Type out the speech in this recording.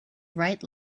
right